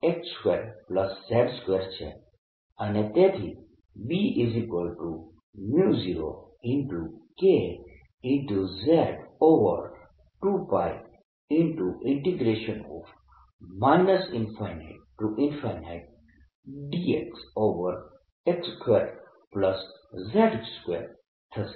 અને તેથી B0Kz2π ∞dxx2z2 થશે